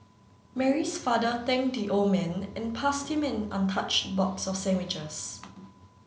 Mary's father thanked the old man and passed him an untouched box of sandwiches